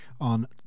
on